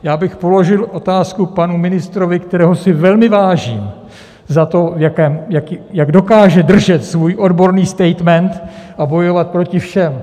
Já bych položil otázku panu ministrovi, kterého si velmi vážím za to, jak dokáže držet svůj odborný statement a bojovat proti všem.